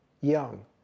young